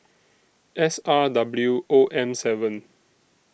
S R W O M seven